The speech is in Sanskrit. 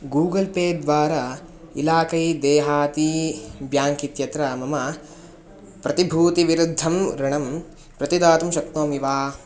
गूगल् पे द्वारा इलाकै देहाती ब्याङ्क् इत्यत्र मम प्रतिभूतिविरुद्धं ऋणं प्रतिदातुं शक्नोमि वा